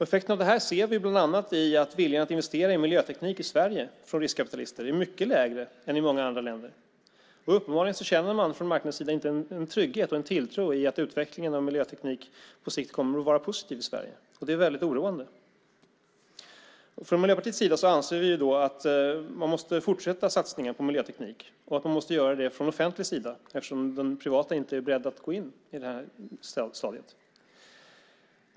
Effekterna av detta ser vi bland annat i att viljan hos riskkapitalister att investera i miljöteknik i Sverige är lägre än i andra länder. Uppenbarligen känner man från marknadssidan inte en trygghet och tilltro till att utvecklingen av miljöteknik på sikt kommer att vara positiv i Sverige. Det är oroande. Från Miljöpartiets sida anser vi att man måste fortsätta satsningen på miljöteknik och att man måste göra det från offentlig sida eftersom den privata inte är beredd att gå in på det stadiet.